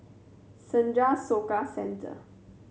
Senja Soka Centre